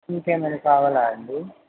ఇంకేమైనా కావాలాండి